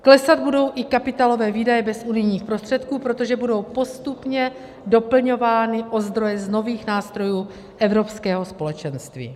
Klesat budou i kapitálové výdaje bez unijních prostředků, protože budou postupně doplňovány o zdroje z nových nástrojů Evropského společenství.